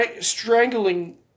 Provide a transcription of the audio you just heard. strangling